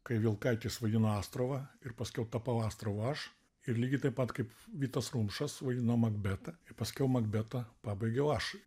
kai vilkaitis vaidino astravą ir paskiau tapau astravu aš ir lygiai taip pat kaip vytas rumšas vaidino makbetą ir paskiau makbetą pabaigiau aš